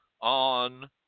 on